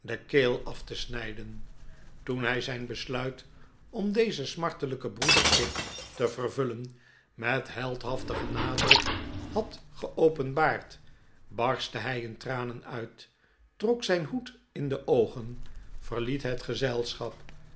keel af te snijden toen hij zijn besluit om dezen smart el ijk en broederplicht te vervullen met heldhaftigen nadruk had geopenbaard barstte hij in tranen uit trok zijn hoed in de oogen verliet het gezelschap